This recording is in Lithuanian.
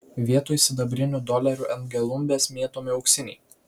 vietoj sidabrinių dolerių ant gelumbės mėtomi auksiniai